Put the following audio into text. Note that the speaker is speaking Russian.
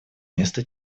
вместо